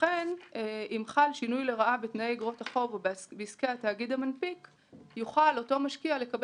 ושאם חל שינוי לרעה באגרות החוב או בעסקי התאגיד המנפיק הוא יוכל לקבל